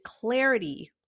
clarity